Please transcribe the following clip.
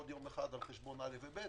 ועוד יום אחד על חשבון א' וב',